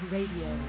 Radio